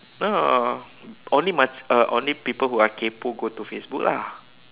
no no no no only much only people who are kaypoh go to Facebook lah